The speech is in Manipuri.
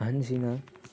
ꯑꯍꯟꯁꯤꯡꯅ